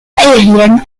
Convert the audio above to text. aérienne